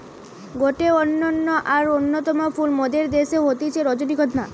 গটে অনন্য আর অন্যতম ফুল মোদের দ্যাশে হতিছে রজনীগন্ধা